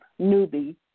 newbie